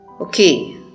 Okay